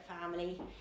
family